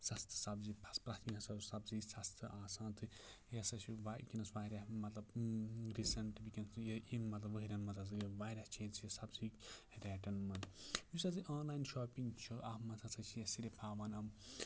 سَستہٕ سَبزی بس پرٛیٚتھ وِزِ ہسا ٲس سَبزی سَستہٕ آسان تہٕ یہِ ہسا چھِ وُنکٮ۪ن واریاہ مطلب ریٖسیٚنٹ وُنکٮ۪ن یہِ امہِ مطلب ؤرین منٛز ہسا گے واریاہ چینٛجٕز یہِ سَبزی ریٹن منٛز یُس ہسا یہِ آنلاین شاپِنٛگ چھُ اَتھ منٛز ہسا چھِ صرف ہاوان یِم